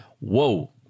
whoa